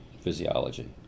physiology